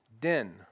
Den